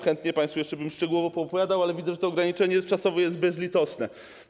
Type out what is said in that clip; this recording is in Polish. Chętnie bym państwu jeszcze szczegółowo poopowiadał, ale widzę, że ograniczenie czasowe jest bezlitosne.